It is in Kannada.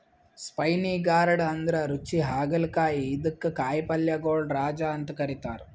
ಸ್ಪೈನಿ ಗಾರ್ಡ್ ಅಂದ್ರ ರುಚಿ ಹಾಗಲಕಾಯಿ ಇದಕ್ಕ್ ಕಾಯಿಪಲ್ಯಗೊಳ್ ರಾಜ ಅಂತ್ ಕರಿತಾರ್